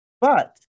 But-